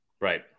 right